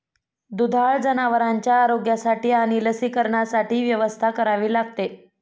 दुधाळ जनावरांच्या आरोग्यासाठी आणि लसीकरणासाठी व्यवस्था करावी लागते